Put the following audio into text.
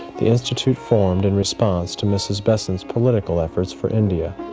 the institute formed in response to mrs. besant's political efforts for india.